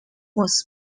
was